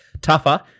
tougher